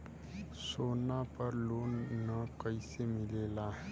सोना पर loan कइसे मिलेला?